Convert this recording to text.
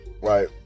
right